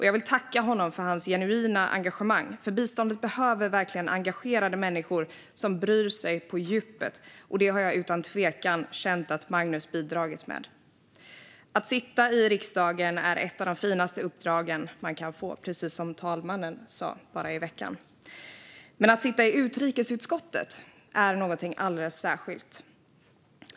Jag vill tacka honom för hans genuina engagemang, för biståndet behöver engagerade människor som bryr sig på djupet. Det har jag utan tvekan känt att Magnus har bidragit med. Att sitta i riksdagen är ett av de finaste uppdragen man kan få, precis som talmannen sa här i veckan, och att sitta i utrikesutskottet är något alldeles särskilt.